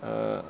err